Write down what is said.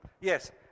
Yes